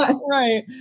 Right